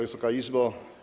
Wysoka Izbo!